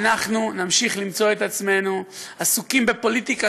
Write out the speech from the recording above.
אנחנו נמשיך למצוא את עצמנו עסוקים בפוליטיקה